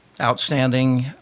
outstanding